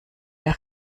der